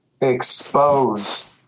expose